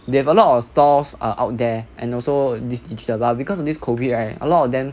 they have a lot of stalls are out there and also this digital but because of this COVID right a lot of them